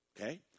okay